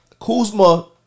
Kuzma